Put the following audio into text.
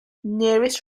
nearest